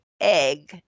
egg